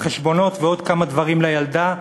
החשבונות ועוד כמה דברים לילדה,